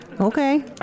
Okay